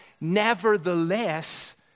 nevertheless